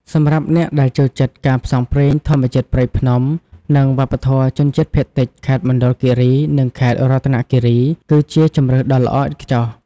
សម្រាប់អ្នកដែលចូលចិត្តការផ្សងព្រេង ធម្មជាតិព្រៃភ្នំ និងវប្បធម៌ជនជាតិភាគតិច ខេត្តមណ្ឌលគិរី និងខេត្តរតនគិរី គឺជាជម្រើសដ៏ល្អឥតខ្ចោះ។